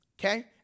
Okay